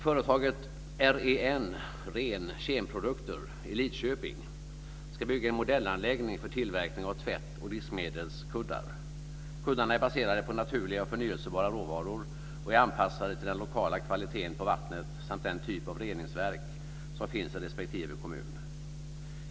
Företaget REN Kemprodukter i Lidköping ska bygga en modellanläggning för tillverkning av tvättoch diskmedelskuddar. Kuddarna är baserade på naturliga och förnybara råvaror och anpassade till den lokala kvaliteten på vattnet samt den typ av reningsverk som finns i respektive kommun.